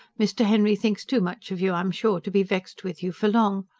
mr. henry thinks too much of you, i'm sure, to be vexed with you for long.